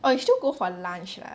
oh you still go for lunch ah